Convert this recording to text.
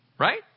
right